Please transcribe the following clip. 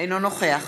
אינו נוכח